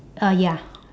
uh ya